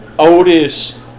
Otis